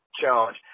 challenge